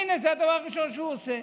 הינה, זה הדבר הראשון שהוא עושה.